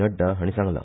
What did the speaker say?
नड्डा हाणी सांगला